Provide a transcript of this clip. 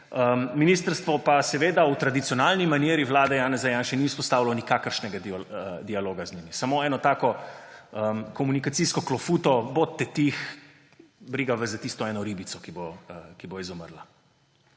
ministrstvo pa seveda v tradicionalni maniri vlade Janeza Janše ni vzpostavilo nikakršnega dialoga z njimi, samo eno takšno komunikacijsko klofuto, bodite tiho, briga vas za tisto eno ribico, ki bo izumrla.